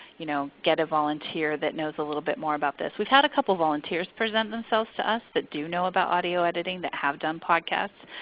you know get a volunteer that knows a little bit more about this. we've had a couple of volunteers present themselves to us that do know about audio editing that have done podcasts.